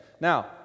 Now